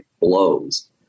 blows